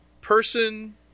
person